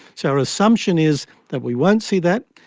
so our assumption is that we won't see that.